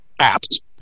apt